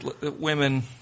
women –